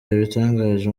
yabitangaje